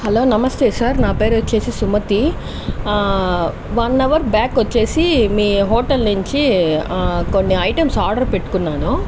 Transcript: hello నమస్తే sir నా పేరు వచ్చేసి సుమతి వన్ అవర్ బ్యాక్ వచ్చేసి మీ హోటల్ నుంచి కొన్ని ఐటమ్స్ ఆర్డర్ పెట్టుకున్నాను